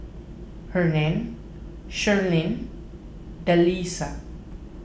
Hernan Sharleen and Delisa